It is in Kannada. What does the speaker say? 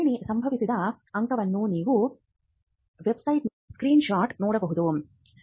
ಶ್ರೇಣಿ ಸಂಬಂಧಿಸಿದ ಅಂಕವನ್ನು ನೀವು ವೆಬ್ಸೈಟ್ನಿಂದ ಸ್ಕ್ರೀನ್ಶಾಟ್ ನೋಡಬಹುದು